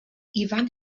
ifan